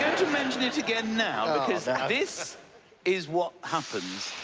to mention it again now, because this is what happens.